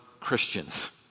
Christians